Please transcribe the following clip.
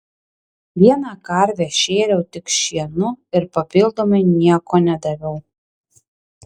vieną karvę šėriau tik šienu ir papildomai nieko nedaviau